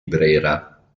brera